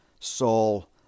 Saul